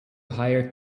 hire